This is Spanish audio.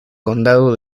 condado